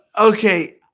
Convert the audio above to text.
Okay